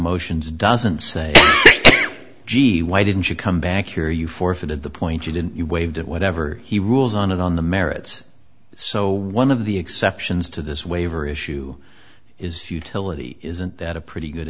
motions doesn't say gee why didn't you come back your you forfeited the point you didn't you waive did whatever he rules on and on the merits so one of the exceptions to this waiver issue is futility isn't that a pretty good